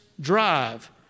drive